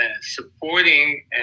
supporting